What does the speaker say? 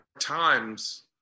times